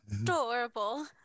adorable